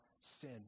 sin